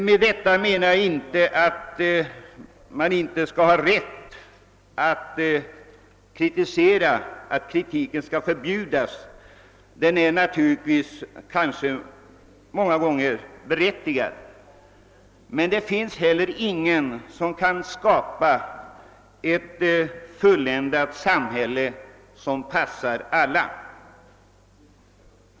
Med detta menar jag inte att man inte skall ha rätt att kritisera, att kritiken skall förbjudas. Många gånger är kritiken naturligtvis berättigad. Men det finns ingen som kan skapa ett fulländat samhälle, passande för alla.